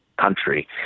country